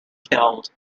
killed